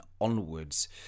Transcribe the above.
onwards